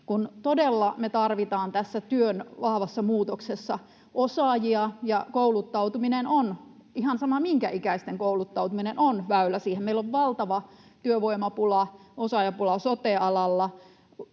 kun todella me tarvitaan tässä työn vahvassa muutoksessa osaajia ja kouluttautuminen — ihan sama minkä ikäisten kouluttautuminen — on väylä siihen. Meillä on valtava työvoimapula, osaajapula sote-alalla,